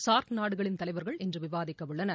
SAARC நாடுகளின் தலைவர்கள் இன்று விவாதிக்க உள்ளனர்